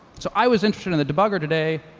so i was interested in the debugger today,